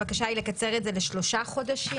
הבקשה היא לקצר את זה בשלושה חודשים.